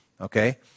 okay